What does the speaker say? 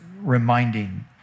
reminding